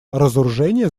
разоружение